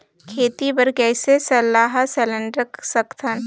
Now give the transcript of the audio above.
खेती बर कइसे सलाह सिलेंडर सकथन?